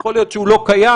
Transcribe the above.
יכול להיות שהוא לא קיים,